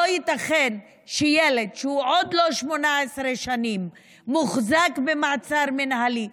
לא ייתכן שילד שהוא עוד לא בן 18 שנים מוחזק במעצר מינהלי,